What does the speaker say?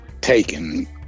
taken